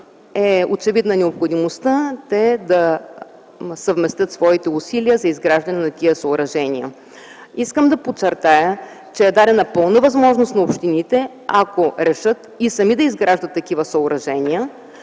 Очевидна е необходимостта те да съвместят своите усилия за изграждане на тези съоръжения. Искам да подчертая, че е дадена пълна възможност на общините, ако решат и сами да изграждат такива съоръжение,